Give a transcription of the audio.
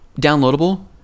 Downloadable